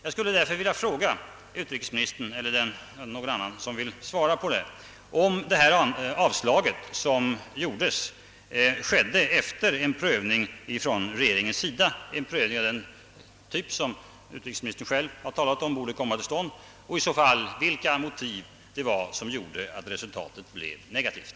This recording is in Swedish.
Jag skulle därför vilja fråga utrikesministern, el ler någon annan som vill svara, om avslaget gavs efter en prövning av regeringen, en prövning av den typ utrikesministern själv sagt borde komma till stånd, och i så fall vilka motiv det var som gjorde att resultatet blev negativt.